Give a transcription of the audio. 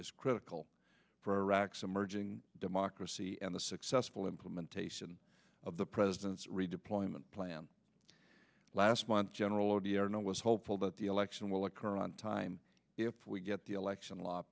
is critical for rocks emerging democracy and the successful implementation of the president's redeployment plan last month general odierno was hopeful that the election will occur on time if we get the election l